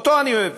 אותו אני אוהב,